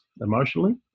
emotionally